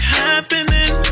happening